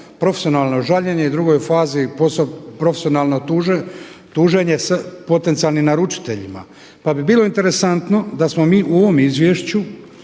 profesionalno žaljenje u drugoj fazi profesionalno tuženje s potencijalnim naručiteljima. Pa bi bilo interesantno da smo mi u ovom izvješću